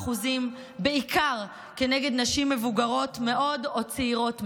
בעיקר נגד נשים מבוגרות מאוד או צעירות מאוד.